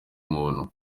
muntu